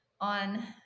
on